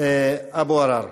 אבו עראר.